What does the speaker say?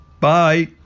Bye